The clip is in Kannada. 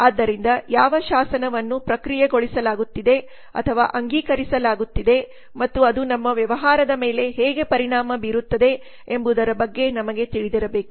ಆದ್ದರಿಂದ ಯಾವ ಶಾಸನವನ್ನು ಪ್ರಕ್ರಿಯೆಗೊಳಿಸಲಾಗುತ್ತಿದೆ ಅಥವಾ ಅಂಗೀಕರಿಸಲಾಗುತ್ತಿದೆ ಮತ್ತು ಅದು ನಮ್ಮ ವ್ಯವಹಾರದ ಮೇಲೆ ಹೇಗೆ ಪರಿಣಾಮ ಬೀರುತ್ತದೆ ಎಂಬುದರ ಬಗ್ಗೆ ನಮಗೆ ತಿಳಿದಿರಬೇಕು